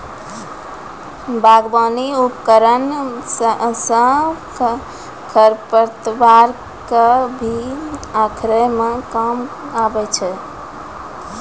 बागबानी उपकरन सँ खरपतवार क भी उखारै म काम आबै छै